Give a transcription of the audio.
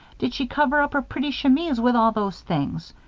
did she cover up her pretty chemise with all those things?